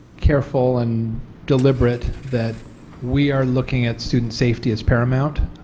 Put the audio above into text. careful and deliberate that we are looking at student safety is paramount,